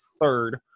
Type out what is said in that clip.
third